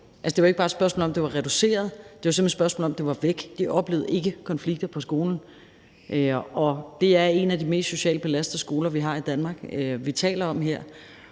Det var ikke bare et spørgsmål om, at det var reduceret; det var simpelt hen et spørgsmål om, at det var væk. De oplevede ikke konflikter på skolen. Og det er en af de mest socialt belastede skoler, vi har i Danmark, som vi taler om her;